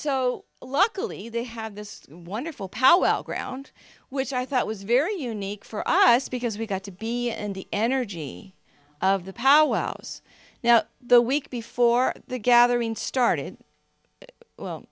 so luckily they have this wonderful powell ground which i thought was very unique for us because we got to be and the energy of the powwow was now the week before the gathering started